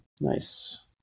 Nice